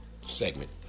segment